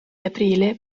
aprile